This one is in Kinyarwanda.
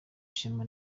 ishema